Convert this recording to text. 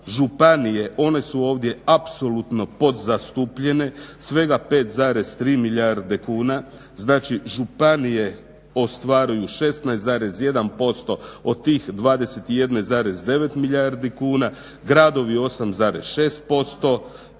Županije one su ovdje apsolutno podzastupljene svega 5,3 milijarde kuna, znači ostvaruju 16,1% od tih 21,9 milijarde kuna, gradovi 8,6%